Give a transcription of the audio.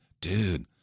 dude